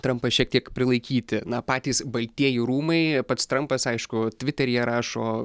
trampą šiek tiek prilaikyti na patys baltieji rūmai pats trampas aišku tviteryje rašo